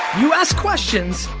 you ask questions,